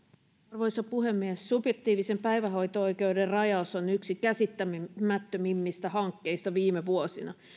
arvoisa puhemies subjektiivisen päivähoito oikeuden rajaus on yksi käsittämättömimmistä hankkeista viime vuosina